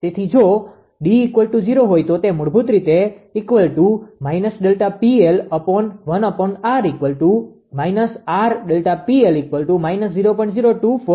તેથી જો D૦ હોય તો તે મૂળભૂત રીતે થશે અને ΔPL શૂન્ય છે